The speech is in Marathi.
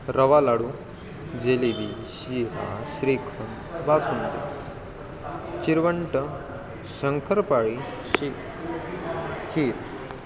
रवा लाडू जिलेबी शिरा श्रीखंड बासुंदी चिरवंट शंकरपाळी शी खीर